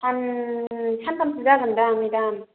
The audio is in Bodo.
सान सानथामसो जागोन दां मेदाम